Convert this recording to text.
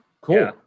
cool